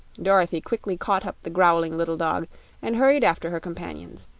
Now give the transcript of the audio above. dorothy quickly caught up the growling little dog and hurried after her companions,